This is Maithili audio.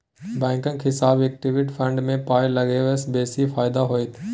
बैंकक हिसाबैं इक्विटी फंड मे पाय लगेबासँ बेसी फायदा होइत